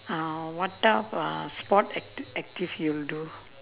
uh what type of sport act~ active you will do